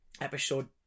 Episode